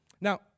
Now